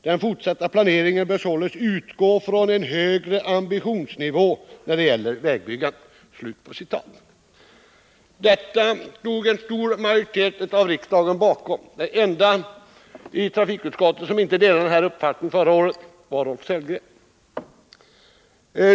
Den fortsatta planeringen bör således utgå från en högre ambitionsnivå när det gäller vägbyggandet.” Detta stod en stor majoritet i riksdagen bakom. Den ende i trafikutskottet som inte delade denna uppfattning förra året var Rolf Sellgren.